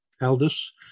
elders